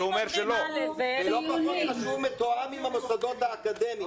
שהפקידים אומרים א' --- ולא פחות חשוב מתואם עם המוסדות האקדמיים,